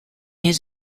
his